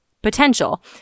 potential